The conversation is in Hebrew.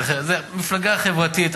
זו מפלגה חברתית.